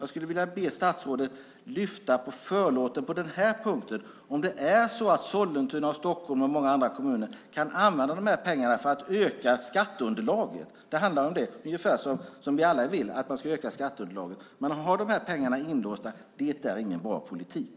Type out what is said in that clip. Jag skulle vilja be statsrådet att lyfta på förlåten på den här punkten och säga om det är så att Sollentuna, Stockholm och många andra kommuner kan använda de här pengarna för att öka skatteunderlaget. Det handlar om det, ungefär som vi alla vill, att man ska öka skatteunderlaget. Man har de här pengarna inlåsta. Det är ingen bra politik.